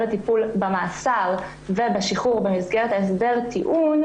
לטיפול במאסר ובשחרור במסגרת הסדר טיעון,